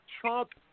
Trump